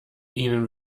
ihnen